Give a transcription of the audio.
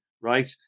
right